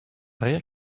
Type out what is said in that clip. rien